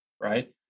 right